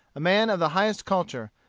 a man of the highest culture,